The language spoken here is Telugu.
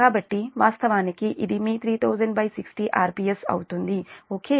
కాబట్టి వాస్తవానికి ఇది మీ300060 rps అవుతుంది ఓకే